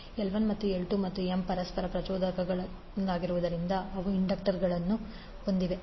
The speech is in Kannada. L1ಮತ್ತು L2ಮತ್ತು M ಪರಸ್ಪರ ಪ್ರಚೋದಕಗಳಾಗಿರುವುದರಿಂದ ಅವು ಇಂಡಕ್ಟನ್ಗಳನ್ನು ಹೊಂದಿವೆ